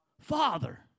Father